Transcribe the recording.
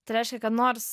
tai reiškia kad nors